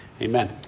Amen